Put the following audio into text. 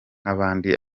nk’abandi